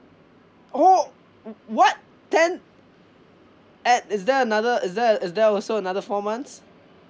oh wh~ what ten and is there another is there is there also another four months